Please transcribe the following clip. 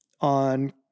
on